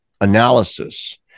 analysis